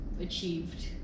achieved